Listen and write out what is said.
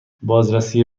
بازرسی